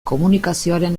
komunikazioaren